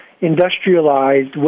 industrialized